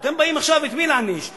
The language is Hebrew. את מי אתם באים להעניש עכשיו?